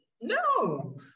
no